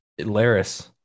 Laris